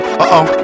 Uh-oh